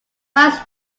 riots